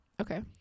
Okay